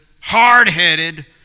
hard-headed